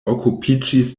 okupiĝis